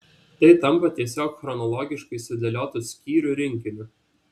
tai tampa tiesiog chronologiškai sudėliotu skyrių rinkiniu